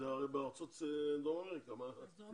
זה הרי בדרום אמריקה, מה זה יעזור?